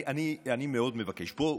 אני מאוד מבקש, בואו,